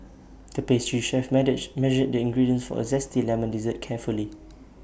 the pastry chef measured the ingredients for A Zesty Lemon Dessert carefully